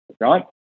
right